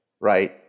right